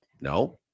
No